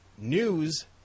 News